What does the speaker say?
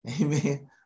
Amen